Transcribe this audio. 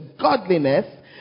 godliness